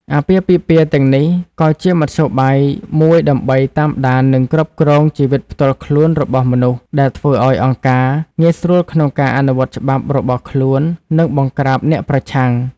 អាពាហ៍ពិពាហ៍ទាំងនេះក៏ជាមធ្យោបាយមួយដើម្បីតាមដាននិងគ្រប់គ្រងជីវិតផ្ទាល់ខ្លួនរបស់មនុស្ស ដែលធ្វើឱ្យអង្គការងាយស្រួលក្នុងការអនុវត្តច្បាប់របស់ខ្លួននិងបង្ក្រាបអ្នកប្រឆាំង។